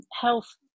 health